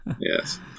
Yes